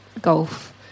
golf